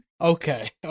Okay